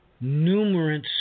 numerous